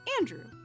Andrew